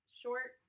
short